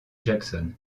jackson